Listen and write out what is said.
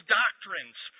doctrines